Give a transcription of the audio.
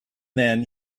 then